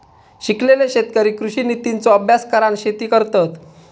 शिकलेले शेतकरी कृषि नितींचो अभ्यास करान शेती करतत